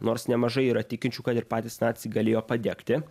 nors nemažai yra tikinčių kad ir patys naciai galėjo padegti